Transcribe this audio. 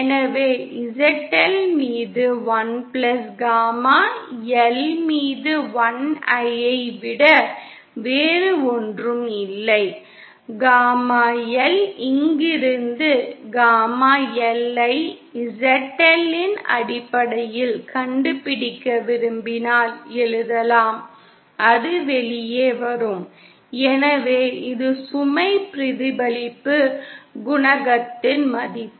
எனவே ZL என்பது 1 gamma L மீது 1 ஐ விட வேறு ஒன்றும் இல்லை காமா L இங்கிருந்து காமா L ஐ ZL இன் அடிப்படையில் கண்டுபிடிக்க விரும்பினால் எழுதலாம் அது வெளியே வரும் எனவே இது சுமை பிரதிபலிப்பு குணகத்தின் மதிப்பு